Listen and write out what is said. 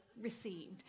Received